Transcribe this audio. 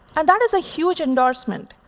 and that is a huge endorsement.